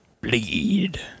Bleed